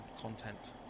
content